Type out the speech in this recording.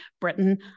Britain